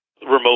remote